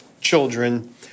children